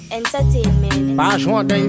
Entertainment